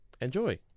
enjoy